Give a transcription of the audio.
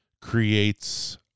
creates